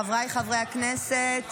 חבריי חברי הכנסת,